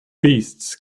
beasts